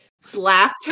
slapped